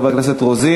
בעד, 14, 30 מתנגדים.